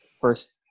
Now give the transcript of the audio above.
First